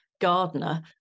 gardener